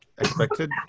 expected